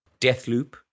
Deathloop